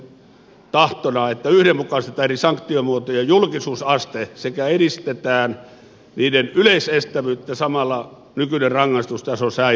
tavoitteena on sosialidemokraattien tahtona että yhdenmukaistetaan eri sanktiomuotojen julkisuusaste sekä edistetään niiden yleisestävyyttä samalla nykyinen rangaistustaso säilyttäen